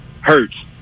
Hurts